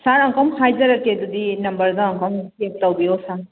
ꯁꯥꯔ ꯑꯃꯨꯛꯀ ꯑꯃꯨꯛ ꯍꯥꯏꯖꯔꯛꯀꯦ ꯑꯗꯨꯗꯤ ꯅꯝꯕꯔꯗꯣ ꯑꯃꯨꯛꯀ ꯑꯃꯨꯛ ꯆꯦꯛ ꯇꯧꯕꯤꯔꯣ ꯁꯥꯔ